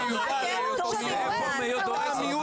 אתה המיעוט שדורס את הרוב.